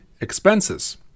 expenses